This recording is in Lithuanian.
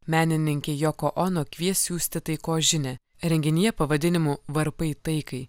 menininkė joko ono kvies siųsti taikos žinią renginyje pavadinimu varpai taikai